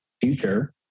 future